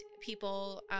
people